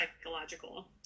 psychological